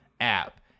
app